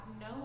no